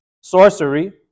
sorcery